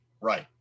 Right